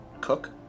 Cook